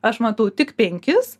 aš matau tik penkis